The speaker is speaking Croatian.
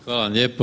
Hvala vam lijepo.